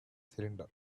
cylinder